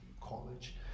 college